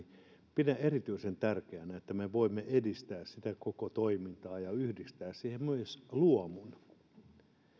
pidän erityisen tärkeänä että me voimme edistää sitä koko toimintaa ja yhdistää siihen myös luomun